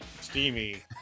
steamy